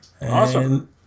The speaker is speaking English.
Awesome